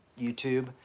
youtube